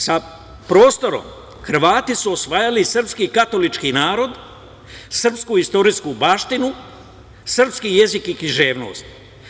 Sa prostorom Hrvati su osvajali srpski katolički narod, srpsku istorijsku baštinu, srpski jezik i književnost.